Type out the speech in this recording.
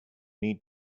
need